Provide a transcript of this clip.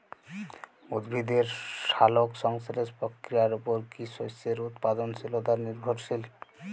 উদ্ভিদের সালোক সংশ্লেষ প্রক্রিয়ার উপর কী শস্যের উৎপাদনশীলতা নির্ভরশীল?